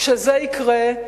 כשזה יקרה,